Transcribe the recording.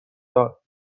داد